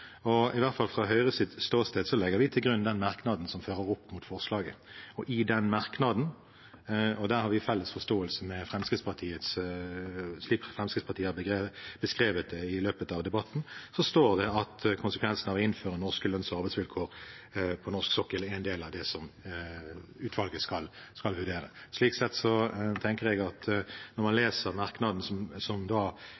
Fra Høyres ståsted legger vi i hvert fall til grunn den merknaden som fører opp mot forslag til vedtak. I den merknaden – og der har vi felles forståelse med Fremskrittspartiet, slik Fremskrittspartiet har beskrevet det i løpet av debatten – står det at konsekvensene av å innføre norske lønns- og arbeidsvilkår på norsk sokkel er en del av det som utvalget skal vurdere. Slik sett tenker jeg at når man